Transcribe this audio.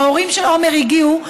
ההורים של עומר הגיעו,